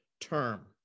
term